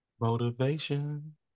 motivation